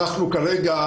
כרגע,